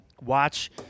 watch